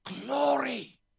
glory